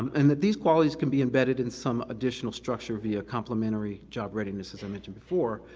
and that these qualities could be embedded in some additional structure via complementary job readiness, as i mentioned before,